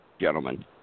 gentlemen